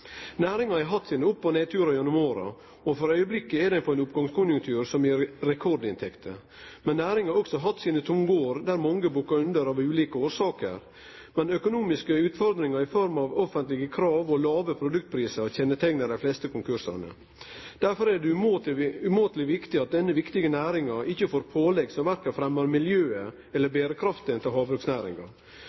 Næringa har hatt sine opp- og nedturar gjennom åra, og nett no har ho ein oppgangskonjunktur som gir rekordinntekter. Men næringa har også hatt sine tunge år der mange har bukka under av ulike årsaker. Men økonomiske utfordringar i form av offentlege krav og låge produktprisar er særmerkt for dei fleste konkursar. Derfor er det umåteleg viktig at denne viktige næringa ikkje får pålegg som verken fremjar miljøet eller betrar berekrafta til havbruksnæringa.